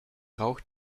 rauch